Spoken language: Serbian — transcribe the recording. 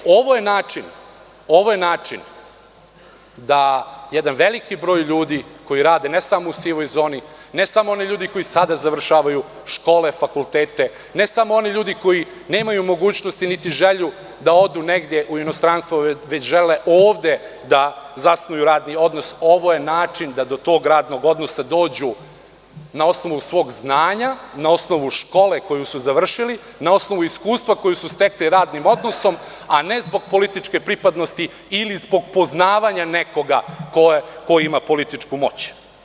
Ovo je način da jedan veliki broj ljudi koji rade ne samo u sivoj zoni, ne samo oni ljudi koji sada završavaju škole, fakultete, ne samo oni ljudi koji nemaju mogućnosti, niti želju da odu negde u inostranstvo, već žele ovde da zasnuju radni odnos, ovo je način da do tog radnog odnosa dođu na osnovu svog znanja, na osnovu škole koju su završili, na osnovu iskustva koje su stekli radnim odnosom, a ne zbog političke pripadnosti ili zbog poznavanja nekoga ko ima političku moć.